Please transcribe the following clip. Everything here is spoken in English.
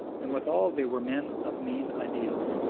and withal they were men of mean ideals.